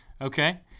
okay